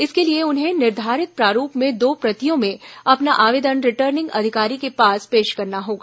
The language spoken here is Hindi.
इसके लिए उन्हें निर्धारित प्रारुप में दो प्रतियों में अपना आवेदन रिटर्निंग अधिकारी के पास पेश करना होगा